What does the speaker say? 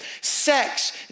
sex